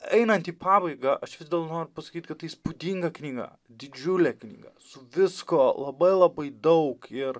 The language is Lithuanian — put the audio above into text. einant į pabaigą aš vis dėlto noriu pasakyt kad tai įspūdinga knyga didžiulė knyga su visko labai labai daug ir